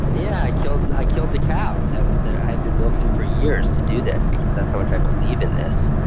yeah. i killed i killed the cow that i had been milking for years to do this, because that's how much i believe in this.